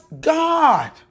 God